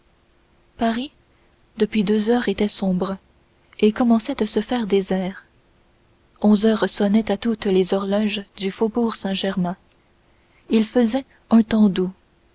paris depuis deux heures était sombre et commençait à se faire désert onze heures sonnaient à toutes les horloges du faubourg saint-germain il faisait un temps